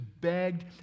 begged